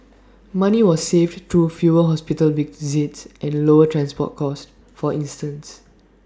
money was saved through fewer hospital visits and lower transport costs for instance